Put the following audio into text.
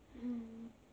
mm